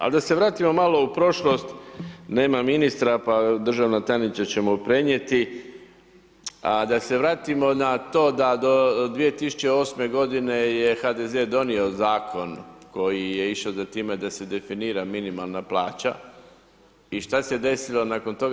Ali da se vratimo malo u prošlost, nema ministra, pa državna tajnica će mu prenijeti, da se vratimo na to da do 2008.-me godine je HDZ donio Zakon koji je išao za time da se definira minimalna plaća i šta se desilo nakon toga?